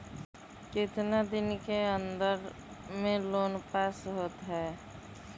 कितना दिन के अन्दर में लोन पास होत?